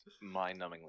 mind-numbingly